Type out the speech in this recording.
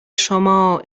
شما